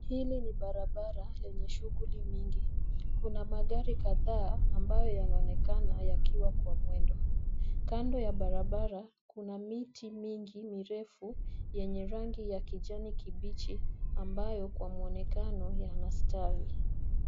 Hili ni barabara lenye shughuli mingi. Kuna magari kadhaa ambayo yanaonekana yakiwa kwa mwendo. Kando ya barabara kuna miti mingi mirefu yenye rangi ya kijani kibichi ambayo kwa mwonekano yanastawi.